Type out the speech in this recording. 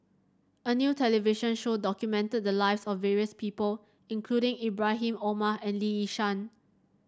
a new television show documented the lives of various people including Ibrahim Omar and Lee Yi Shyan